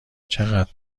چقدر